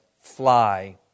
fly